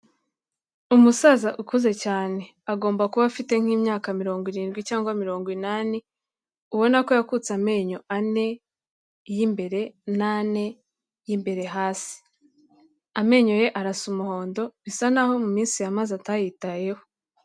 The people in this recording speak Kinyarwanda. Umusaza ukuze cyane. Agomba kuba afite nk'imyaka mirongo irindwi cyangwa mirongo inani, ubona ko yakutse amenyo ane y'imbere, n'ane y'imbere hasi, Amenyo ye arasa umuhondo, bisa n'aho mu minsi yamaze atayitayeho.